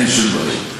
אין שום בעיה.